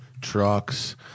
Trucks